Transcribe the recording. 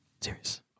Serious